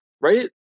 right